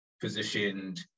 positioned